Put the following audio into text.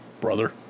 Brother